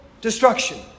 destruction